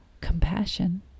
compassion